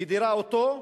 מדירה אותו,